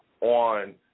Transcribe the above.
on